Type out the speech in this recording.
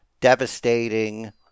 devastating